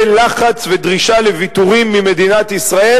לחץ ודרישה לוויתורים ממדינת ישראל,